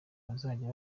bazajya